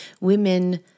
women